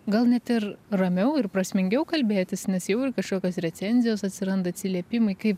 gal net ir ramiau ir prasmingiau kalbėtis nes jau ir kašokios recenzijos atsiranda atsiliepimai kai